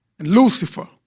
Lucifer